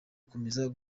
gukomeza